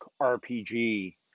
RPG